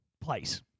place